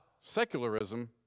secularism